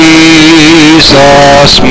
Jesus